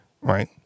right